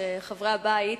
חברי הבית,